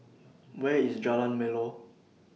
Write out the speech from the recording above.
Where IS Jalan Melor